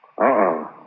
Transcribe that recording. Uh-oh